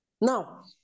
now